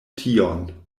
tion